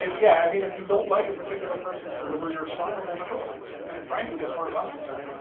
yeah, i mean if you don't like a particular person's delivery, or style there's choices, and and frankly, as far as i'm concerned,